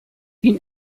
ihn